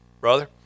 brother